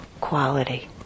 quality